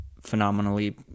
phenomenally